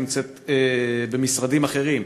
שנמצאת במשרדים אחרים.